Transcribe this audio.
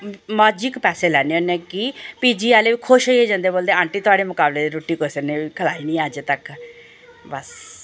और माजिक पैसे लैने होन्ने कि पीजी आह्ले खुश होइयै जंदे बोलदे आंटी थुआढ़े मकाबले दी रुट्टी कुसै ने बी खलाई नी अज्ज तक बस